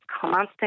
constant